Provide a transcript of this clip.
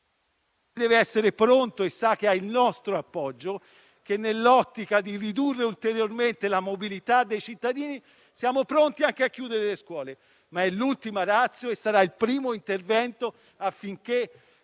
...deve essere pronto e sa che ha il nostro appoggio, che nell'ottica di ridurre ulteriormente la mobilità dei cittadini siamo pronti anche a chiudere le scuole, ma è l'ultima *ratio* e la loro riapertura